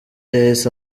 yahise